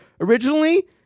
Originally